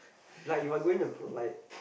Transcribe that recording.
like If I going to go like